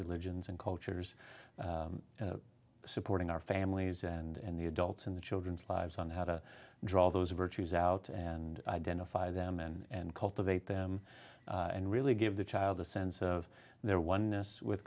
religions and cultures supporting our families and the adults in the children's lives on how to draw those virtues out and identify them and cultivate them and really give the child a sense of their oneness with